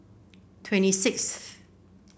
twenty sixth